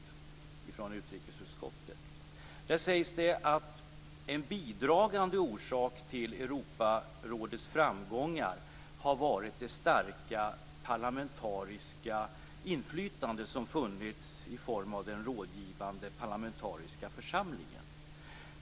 Först vill jag citera följande: "En bidragande orsak till Europarådets framgångar har varit det starka parlamentariska inflytande som funnits i form av den rådgivande parlamentariska församlingen -."